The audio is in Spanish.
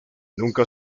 nunca